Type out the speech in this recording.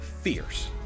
fierce